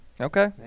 Okay